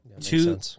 Two